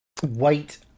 White